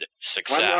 success